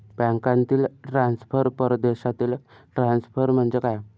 बँकांतील ट्रान्सफर, परदेशातील ट्रान्सफर म्हणजे काय?